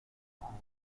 ahora